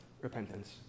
repentance